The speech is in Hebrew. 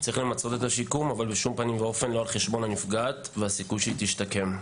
יש למצות את השיקום אבל לא על חשבון הנפגעת והסיכוי שהיא תשתקם.